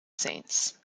saints